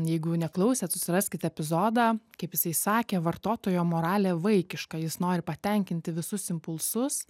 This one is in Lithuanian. jeigu neklausėt susiraskit epizodą kaip jisai sakė vartotojo moralė vaikiška jis nori patenkinti visus impulsus